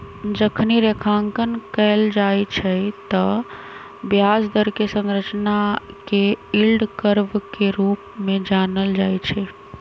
जखनी रेखांकन कएल जाइ छइ तऽ ब्याज दर कें संरचना के यील्ड कर्व के रूप में जानल जाइ छइ